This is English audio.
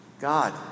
God